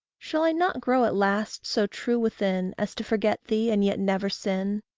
shall i not grow at last so true within as to forget thee and yet never sin?